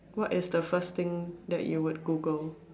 what is the first thing that you will Google